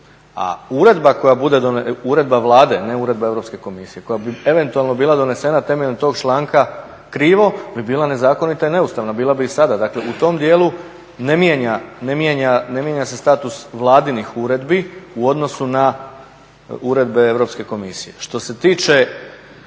članak uredbe. A uredba Vlade, ne uredba Europske komisije, koja bi eventualno bila donesena temeljem tog članka krivo bi bila nezakonita i neustavna, bila bi i sada. Dakle u tom dijelu ne mijenja se status vladinih uredbi u odnosu na uredbe Europske komisije. Što se tiče